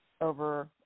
over